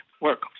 work